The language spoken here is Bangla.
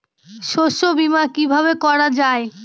শস্য বীমা কিভাবে করা যায়?